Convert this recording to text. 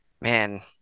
man